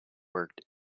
worked